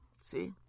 see